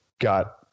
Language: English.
got